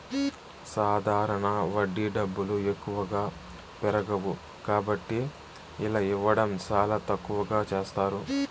సాధారణ వడ్డీ డబ్బులు ఎక్కువగా పెరగవు కాబట్టి ఇలా ఇవ్వడం చాలా తక్కువగా చేస్తారు